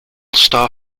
star